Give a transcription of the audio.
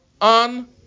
on